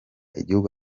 igihugu